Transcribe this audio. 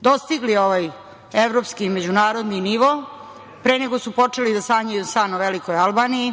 dostigli ovaj evropski i međunarodni nivo, pre nego su počeli da sanjaju san o „velikoj Albaniji“,